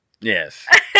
Yes